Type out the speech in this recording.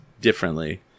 differently